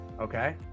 okay